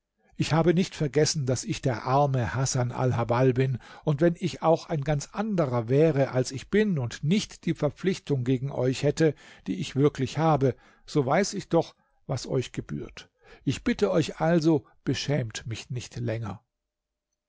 ich habe nicht vergessen daß ich der arme hasan alhabbal bin und wenn ich auch ein ganz anderer wäre als ich bin und nicht die verpflichtung gegen euch hätte die ich wirklich habe so weiß ich doch was euch gebührt ich bitte euch also beschämt mich nicht länger